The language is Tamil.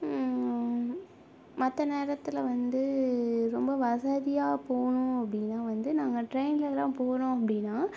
மற்ற நேரத்தில் வந்து ரொம்ப வசதியாக போகணும் அப்படின்னா வந்து நாங்கள் டிரெயின்லலாம் போகறோம் அப்படின்னா